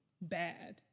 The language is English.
bad